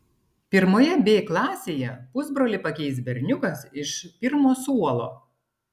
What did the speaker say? pirmoje b klasėje pusbrolį pakeis berniukas iš pirmo suolo